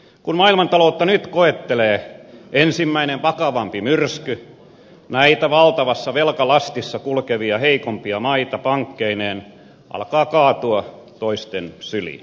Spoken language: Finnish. kun maailmantaloutta nyt koettelee ensimmäinen vakavampi myrsky näitä valtavassa velkalastissa kulkevia heikompia maita pankkeineen alkaa kaatua toisten syliin